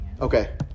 Okay